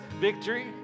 Victory